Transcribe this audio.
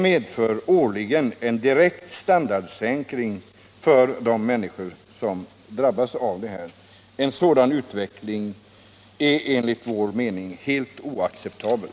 Detta innebär en direkt standardsänkning varje år för de människor som drabbas härav. En sådan utveckling är enligt vår mening helt oacceptabel.